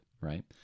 right